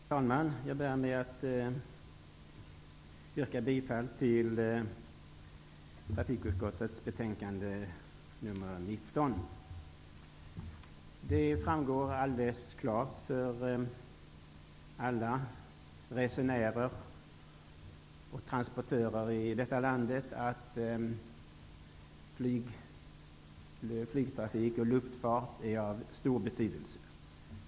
Herr talman! Jag börjar med att yrka bifall till hemställan i trafikutskottets betänkande nr 19. Det framgår alldeles klart för alla resenärer och transportörer i detta land att flygtrafik och luftfart är av stor betydelse.